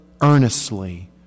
earnestly